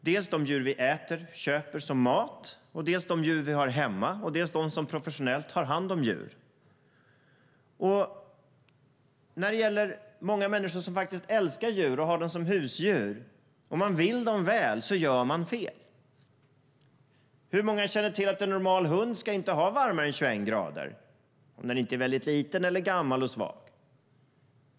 Det handlar om de djur vi äter och köper som mat, det handlar om de djur vi har hemma och det handlar även om dem som tar hand om djur professionellt. Många människor som älskar djur och har husdjur vill dem väl men gör ändå fel. Hur många känner till att en hund normalt inte ska ha det varmare än 21 grader, om den inte är väldigt liten, gammal eller svag?